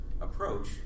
approach